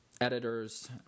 editors